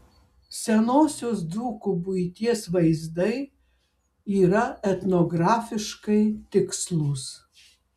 senosios dzūkų buities vaizdai yra etnografiškai tikslūs